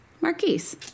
Marquise